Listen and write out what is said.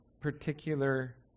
particular